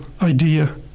idea